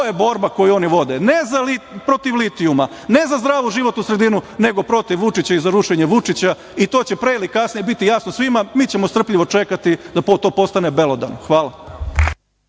je borba koju oni vode. Ne protiv litijuma, ne za zdravu životnu sredinu, nego protiv Vučića i za rušenje Vučića i to će pre ili kasnije biti jasno svima. Mi ćemo strpljivo čekati da to postane belodano. Hvala.